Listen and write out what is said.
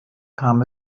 kam